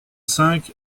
cinq